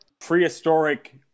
prehistoric